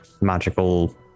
magical